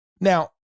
Now